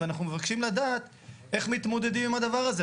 ואנחנו מבקשים לדעת איך מתמודדים עם הדבר הזה.